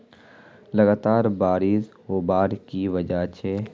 लगातार बारिश होबार की वजह छे?